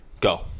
Go